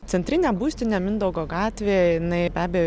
centrinė būstinė mindaugo gatvėje jinai be abejo